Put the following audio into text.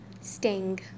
Sting